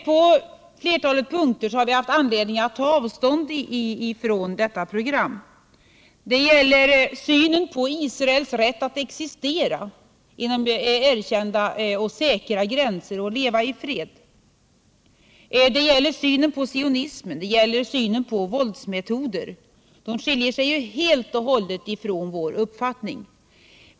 På ett flertal punkter har vi haft anledning att ta avstånd från detta program. Det gäller synen på Israels rätt att existera inom erkända och säkra gränser och leva i fred. Det gäller synen på sionismen och synen på våldsmetoder som skiljer sig helt och hållet från vår uppfattning.